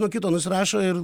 nuo kito nusirašo ir